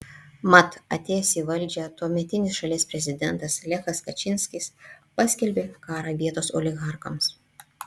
mat atėjęs į valdžią tuometis šalies prezidentas lechas kačynskis paskelbė karą vietos oligarchams